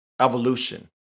evolution